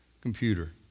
computer